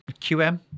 QM